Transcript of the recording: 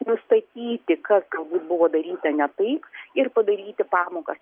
nustatyti kas galbūt buvo daryta ne taip ir padaryti pamokas